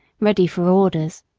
ready for orders.